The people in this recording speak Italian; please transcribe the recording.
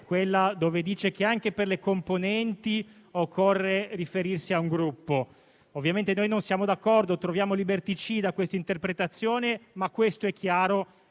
quella dove dice che anche per le componenti occorre riferirsi a un Gruppo. Ovviamente noi non siamo d'accordo e troviamo liberticida questa interpretazione; ma è chiara